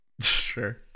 Sure